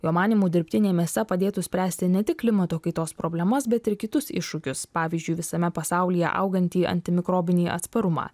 jo manymu dirbtinė mėsa padėtų spręsti ne tik klimato kaitos problemas bet ir kitus iššūkius pavyzdžiui visame pasaulyje augantį antimikrobinį atsparumą